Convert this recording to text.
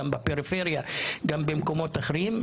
גם בפריפריה וגם במקומות אחרים,